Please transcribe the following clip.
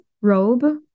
robe